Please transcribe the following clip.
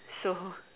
so